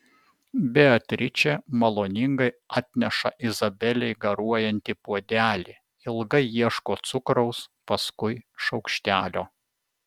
beatričė maloningai atneša izabelei garuojantį puodelį ilgai ieško cukraus paskui šaukštelio